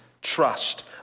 Trust